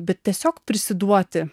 bet tiesiog prisiduoti